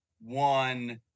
one